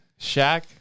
Shaq